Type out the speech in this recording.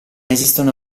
esistono